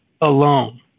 alone